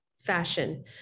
fashion